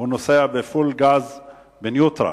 נוסעים פול גז בניוטרל.